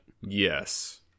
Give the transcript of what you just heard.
yes